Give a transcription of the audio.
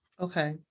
Okay